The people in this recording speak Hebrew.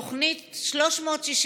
תוכנית 360,